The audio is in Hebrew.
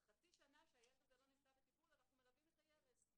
בחצי שנה שהילד הזה לא נמצא בטיפול אנחנו מלווים את הילד.